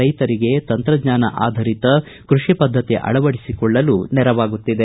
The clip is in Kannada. ರೈತರಿಗೆ ತಂತ್ರಜ್ಞಾನ ಆಧರಿತ ಕೃಷಿ ಪದ್ದತಿ ಅಳವಡಿಸಿಕೊಳ್ಳಲು ನೆರವಾಗುತ್ತಿದೆ